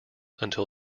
until